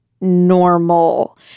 normal